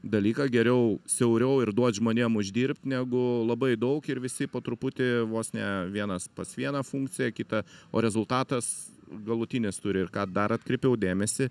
dalyką geriau siauriau ir duot žmonėm uždirbt negu labai daug ir visi po truputį vos ne vienas pas vieną funkcija kita o rezultatas galutinis turi ir ką dar atkreipiau dėmesį